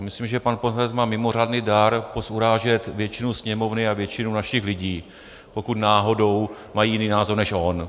Myslím, že pan poslanec má mimořádný dar pozurážet většinu Sněmovny a většinu našich lidí, pokud náhodou mají jiný názor než on.